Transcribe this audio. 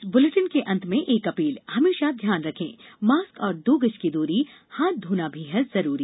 इस बुलेटिन के अंत में एक अपील हमेशा ध्यान रखें मास्क और दो गज की दूरी हाथ धोना भी है जरूरी